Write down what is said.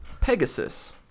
Pegasus